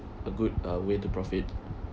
a good uh way to profit